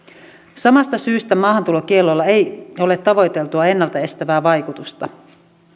samasta syystä maahantulokiellolla ei ole tavoiteltua ennalta estävää vaikutusta